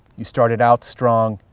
you started out strong,